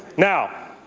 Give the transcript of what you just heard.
now,